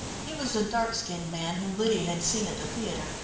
he was the dark-skinned man whom lydia had seen at the theatre,